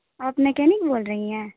آپ میکینک بول رہی ہیں